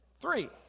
Three